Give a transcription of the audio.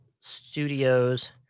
Studios